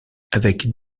avec